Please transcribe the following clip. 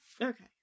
Okay